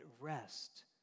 rest